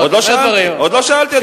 עוד לא שאלתי.